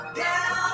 down